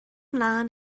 ymlaen